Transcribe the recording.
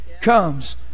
comes